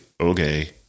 okay